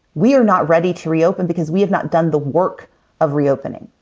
we are not ready to reopen because we have not done the work of reopening.